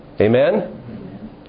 Amen